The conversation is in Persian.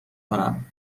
کنم